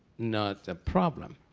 not the problem.